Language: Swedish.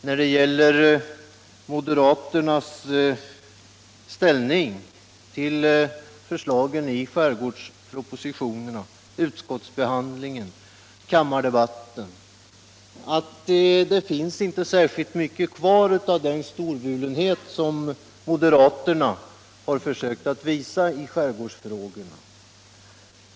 När man studerar moderaternas inställning till förslagen i skärgårdspropositionerna sådan den kommer till uttryck i utskottsbehandlingen och kammardebatten kan man konstatera att det inte finns särskilt mycket kvar av den storvulenhet som moderaterna har försökt visa i skärgårdsfrågor.